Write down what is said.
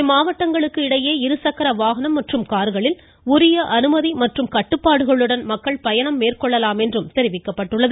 இம்மாவட்டங்களுக்கு இடையே இருசக்கர வாகனம் மற்றும் கார்களில் உரிய அனுமதி மற்றும் கட்டுப்பாடுகளுடன் மக்கள் பயணம் மேற்கொள்ளலாம் என்றும் தெரிவிக்கப்பட்டுள்ளது